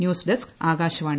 news desk Akashvani